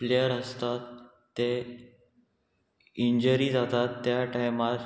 player आसतात ते injury जातात त्या टायमार